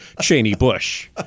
Cheney-Bush